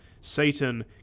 Satan